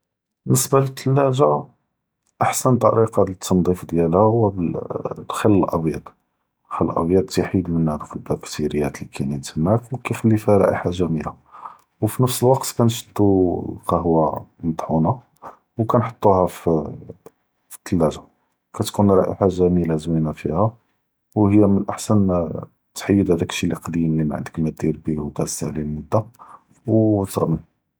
באלניסבה לثلאג’ה, אהסן ת’וריקה ל ת’נז’יף דיאלהא היא ב אלח’ל אלאביאד, אלח’ל אלאביאד תיחאד מינה דאוק אלבקטיריאת לי כאיןין תמאק ו כאיכ’לי ריח’ה זואינה, ו פי נאפס אלוווקט כנתשדו קפה מתחונה, ו כנהטוהא פ לثلאג’ה כתכון ריח’ה זואינה זוינה פיה, ו היא מן אלאהסן תיחאד האדאכ שאי’ אלאקדים לי מא ענדכ מא דיר ביה ו דאזת עליו מדה ו תרמיה.